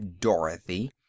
Dorothy